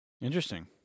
Interesting